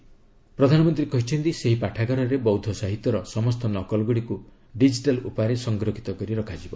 ଶ୍ରୀ ପ୍ରଧାନମନ୍ତ୍ରୀ କହିଛନ୍ତି ସେହି ପାଠାଗାରରେ ବୌଦ୍ଧ ସାହିତ୍ୟର ସମସ୍ତ ନକଲ ଗୁଡିକୁ ଡିଜିଟାଲ ଉପାୟରେ ସଂରକ୍ଷିତ କରି ରଖାଯିବ